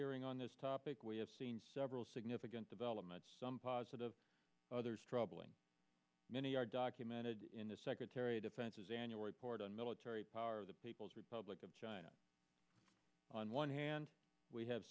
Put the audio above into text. hearing on this topic we have seen several significant developments positive troubling many are documented in the secretary of defense's annual report on military power of the people's republic of china on one hand we have